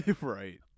right